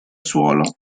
suolo